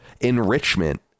enrichment